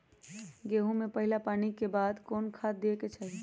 गेंहू में पहिला पानी के बाद कौन खाद दिया के चाही?